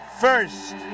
first